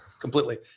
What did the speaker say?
completely